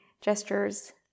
gestures